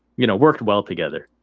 you know work well together